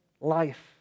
life